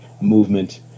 movement